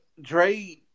Dre